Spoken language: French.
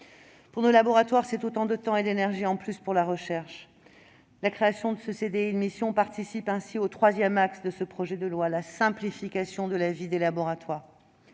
Pour nos laboratoires, c'est autant de temps et d'énergie en plus pour la recherche. En ce sens, la création du CDI de mission scientifique participe du troisième axe de ce projet de loi, à savoir la simplification de la vie des laboratoires.